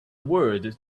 word